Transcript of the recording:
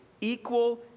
Equal